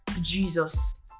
jesus